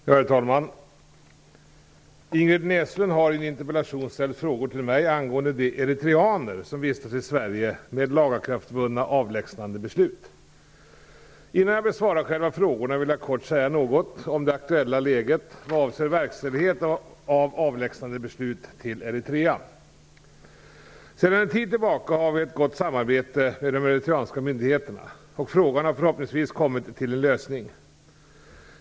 Herr talman! Ingrid Näslund har i en interpellation ställt frågor till mig angående de eritreaner som vistas i Sverige med lagakraftvunna avlägsnandebeslut. Innan jag besvarar själva frågorna vill jag kort säga något om det aktuella läget vad avser verkställighet av beslut om avlägsnande till Eritrea. Sedan en tid tillbaka har vi ett gott samarbete med de eritreanska myndigheterna, och frågan har förhoppningsvis kommit till en lösning.